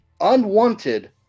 unwanted